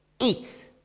Eat